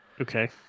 Okay